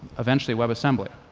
eventually, webassembly.